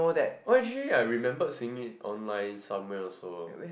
oh actually I remember seeing it online somewhere also